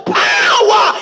power